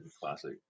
classic